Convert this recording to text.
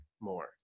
more